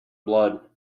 blood